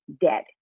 dead